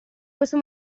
questo